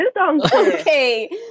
Okay